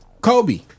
Kobe